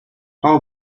how